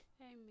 Amen